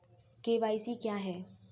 KYC क्या है?